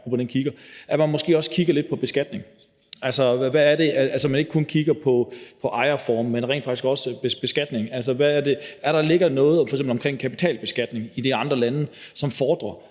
at vi måske også kigger lidt på beskatning, altså at man ikke kun kigger på ejerform, men rent faktisk også beskatning, altså om der er noget omkring f.eks. kapitalbeskatning i de andre lande, som befordrer,